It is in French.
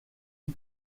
eut